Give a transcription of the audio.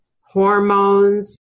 hormones